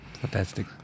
Fantastic